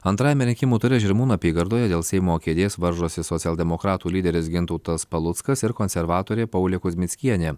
antrajame rinkimų ture žirmūnų apygardoje dėl seimo kėdės varžosi socialdemokratų lyderis gintautas paluckas ir konservatorė paulė kuzmickienė